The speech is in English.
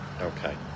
Okay